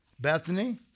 Bethany